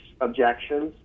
objections